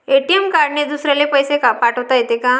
ATM कार्डने दुसऱ्याले पैसे पाठोता येते का?